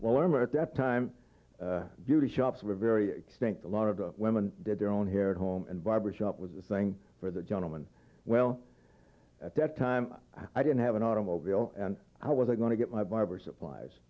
warmer at that time beauty shops were very extinct a lot of the women did their own hair home and barber shop was the thing for the gentleman well at that time i didn't have an automobile and i wasn't going to get my barber supplies